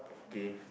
gay